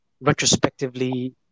retrospectively